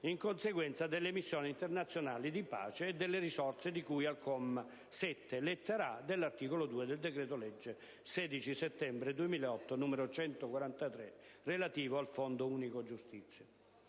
in conseguenza delle missioni internazionali di pace, e delle risorse di cui al comma 7, lettera *a)*, dell'articolo 2, del decreto-legge 16 settembre 2008, n. 143 (...), relativo al Fondo unico giustizia».